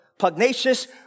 pugnacious